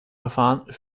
verfahren